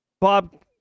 bob